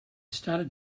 started